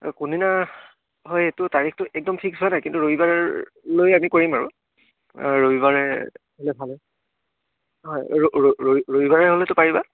কোনদিনা হয় এইটো তাৰিখটো একদম ফিক্স হয় নাই কিন্তু ৰবিবাৰ লৈ আমি কৰিম আৰু ৰবিবাৰে হ'লে ভালে হয় ৰবিবাৰে হ'লেতো পাৰিবা